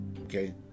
okay